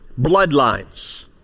bloodlines